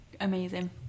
amazing